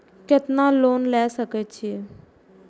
केतना लोन ले सके छीये?